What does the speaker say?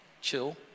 Chill